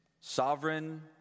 sovereign